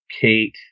Kate